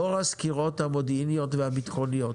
לאור הסקירות המודיעיניות והביטחוניות